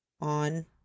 on